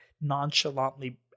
nonchalantly